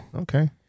Okay